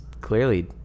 clearly